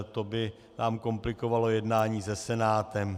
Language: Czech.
To by nám komplikovalo jednání se Senátem.